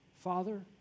Father